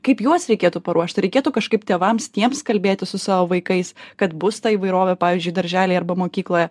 kaip juos reikėtų paruošti reikėtų kažkaip tėvams tiems kalbėtis su savo vaikais kad bus ta įvairovė pavyzdžiui darželyje arba mokykloje